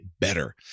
better